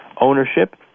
Ownership